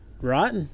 right